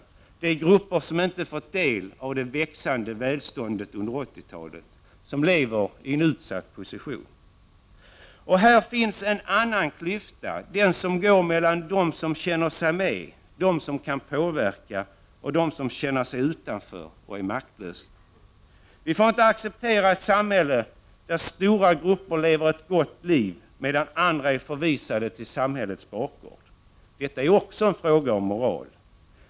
Här finns grupper som inte har fått del av det växande välståndet under 80-talet, grupper som lever i en utsatt position. Här finns också en annan klyfta, klyftan som går mellan å ena sidan de som känner sig delaktiga, de som kan påverka, och å andra sidan de som känner sig utanför och maktlösa. Vi får inte acceptera ett samhälle, där stora grupper lever ett gott liv medan andra är förvisade till samhällets bakgård. Detta är också en fråga om moral.